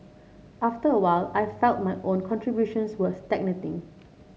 after a while I felt my own contributions were stagnating